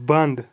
بنٛد